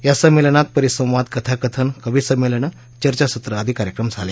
या संमेलनात परिसंवाद कथाकथन कविसंमेलन चर्चासत्र आदी कार्यक्रम झाले